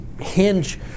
hinge